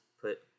put